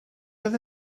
oedd